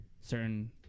certain